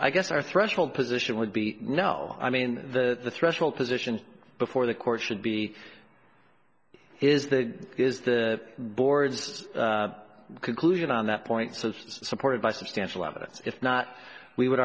i guess our threshold position would be no i mean the threshold position before the court should be is that is the board's conclusion on that point was supported by substantial evidence if not we would